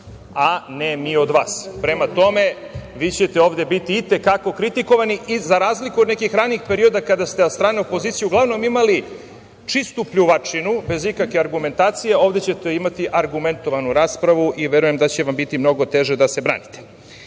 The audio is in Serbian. a ne mi od vas. Prema tome, vi ćete ovde biti i te kako kritikovani i za razliku od nekih ranijih perioda kada ste od strane opozicije uglavnom imali čistu pljuvačinu bez ikakve argumentacije, ovde ćete imati argumentovanu raspravu i verujem da će vam biti mnogo teže da se branite.